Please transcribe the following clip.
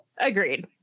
Agreed